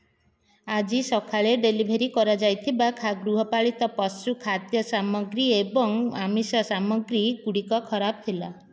ଆଜି ସକାଳେ ଡେଲିଭରୀ କରାଯାଇଥିବା ଗୃହପାଳିତ ପଶୁ ଖାଦ୍ୟ ସାମଗ୍ରୀ ଏବଂ ଆମିଷ ସାମଗ୍ରୀ ଗୁଡ଼ିକ ଖରାପ ଥିଲା